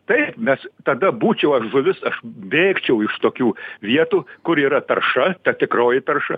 taip mes tada būčiau aš žuvis aš bėgčiau iš tokių vietų kur yra tarša ta tikroji tarša